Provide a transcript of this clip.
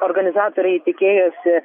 organizatoriai tikėjosi